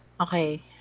Okay